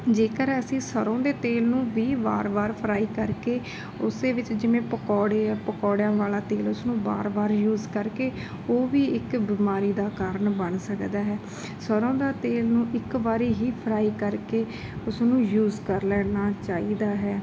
ਜੇਕਰ ਅਸੀਂ ਸਰ੍ਹੋਂ ਦੇ ਤੇਲ ਨੂੰ ਵੀ ਵਾਰ ਵਾਰ ਫਰਾਈ ਕਰਕੇ ਉਸੇ ਵਿੱਚ ਜਿਵੇਂ ਪਕੌੜੇ ਪਕੌੜਿਆਂ ਵਾਲਾ ਤੇਲ ਉਸਨੂੰ ਵਾਰ ਵਾਰ ਯੂਜ ਕਰਕੇ ਉਹ ਵੀ ਇੱਕ ਬਿਮਾਰੀ ਦਾ ਕਾਰਨ ਬਣ ਸਕਦਾ ਹੈ ਸਰ੍ਹੋਂ ਦੇ ਤੇਲ ਨੂੰ ਇੱਕ ਵਾਰੀ ਹੀ ਫਰਾਈ ਕਰਕੇ ਉਸਨੂੰ ਯੂਜ ਕਰ ਲੈਣਾ ਚਾਹੀਦਾ ਹੈ